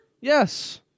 Yes